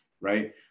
right